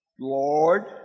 Lord